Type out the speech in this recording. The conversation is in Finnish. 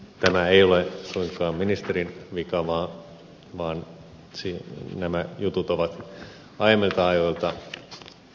tämä ei ole suinkaan ministerin vika vaan nämä jutut ovat aiemmilta ajoilta